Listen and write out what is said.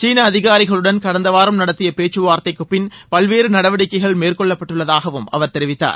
சீனா அதிகாரிகளுடன் கடந்த வாரம் நடத்திய பேச்சுவார்த்தைக்கு பின் பல்வேறு நடவடிக்கைகள் மேற்கொள்ளப்பட்டுள்ளதாகவும் அவர் தெரிவித்தார்